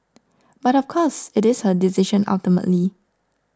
but of course it is her decision ultimately